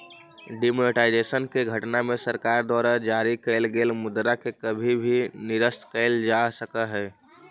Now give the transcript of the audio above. demonetisation के घटना में सरकार द्वारा जारी कैल गेल मुद्रा के कभी भी निरस्त कैल जा सकऽ हई